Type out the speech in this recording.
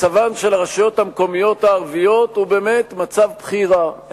מצבן של הרשויות המקומיות הערביות הוא באמת בכי רע,